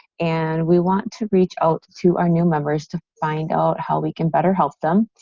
and we want to reach out to our new members to find out how we can better help them.